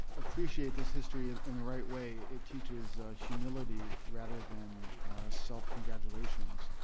appreciate his history and in the right way, it teaches humility rather than self-congratulations.